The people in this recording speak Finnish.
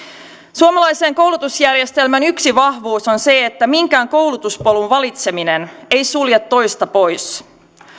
suomalaisen koulutusjärjestelmän yksi vahvuus on se että minkään koulutuspolun valitseminen ei sulje toista pois